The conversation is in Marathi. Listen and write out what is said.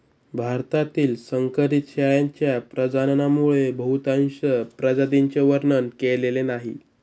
भारतातील संकरित शेळ्यांच्या प्रजननामुळे बहुतांश प्रजातींचे वर्णन केलेले नाही